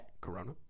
Corona